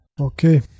Okay